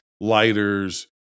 lighters